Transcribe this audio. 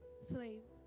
slaves